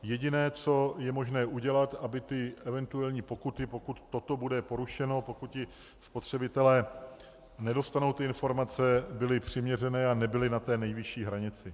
Jediné, co je možné udělat, aby eventuální pokuty, pokud toto bude porušeno, pokud spotřebitelé nedostanou ty informace, byly přiměřené a nebyly na té nejvyšší hranici.